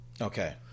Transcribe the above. Okay